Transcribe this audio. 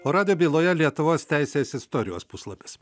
o radijo byloje lietuvos teisės istorijos puslapis